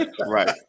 Right